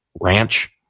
ranch